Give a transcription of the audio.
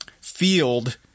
field